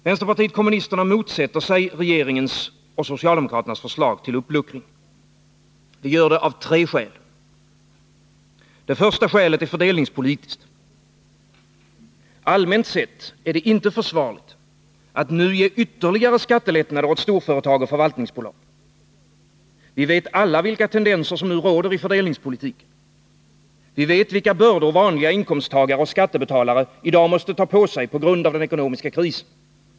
Vänsterpartiet kommunisterna motsätter sig regeringens och socialdemokraternas förslag till uppluckring. Vi gör det av tre skäl. Det första skälet är fördelningspolitiskt. Allmänt sett är det inte försvarligt att nu ge ytterligare skattelättnader åt storföretag och förvaltningsbolag. Vi vet alla vilka tendenser som råder i fördelningspolitiken. Vi vet vilka bördor vanliga inkomsttagare och skattebetalare i dag måste ta på sig på grund av den ekonomiska krisen.